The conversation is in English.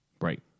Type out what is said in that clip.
Right